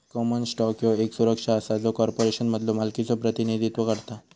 common stock ह्यो येक सुरक्षा असा जो कॉर्पोरेशनमधलो मालकीचो प्रतिनिधित्व करता